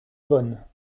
bonne